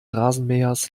rasenmähers